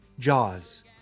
Jaws